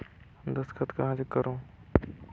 दस्खत कहा जग करो?